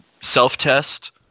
self-test